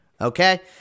Okay